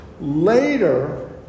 later